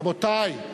רבותי.